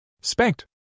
Spanked